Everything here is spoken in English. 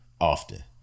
often